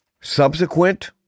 Subsequent